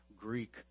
greek